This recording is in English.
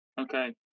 okay